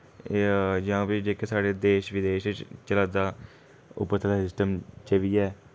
एह् जां फ्ही जेह्के साढ़े देश विदेश च चलै दा उप्पर दा सिस्टम जे बी ऐ